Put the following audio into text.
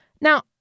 Now